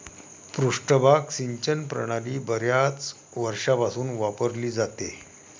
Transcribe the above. पृष्ठभाग सिंचन प्रणाली बर्याच वर्षांपासून वापरली जाते